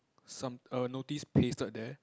some a notice pasted there